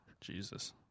Jesus